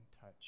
touch